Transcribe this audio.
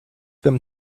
them